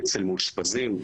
אצל מאושפזים.